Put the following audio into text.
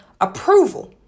approval